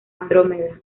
andrómeda